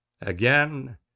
again